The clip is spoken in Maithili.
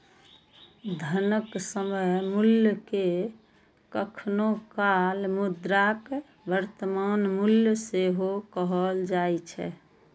धनक समय मूल्य कें कखनो काल मुद्राक वर्तमान मूल्य सेहो कहल जाए छै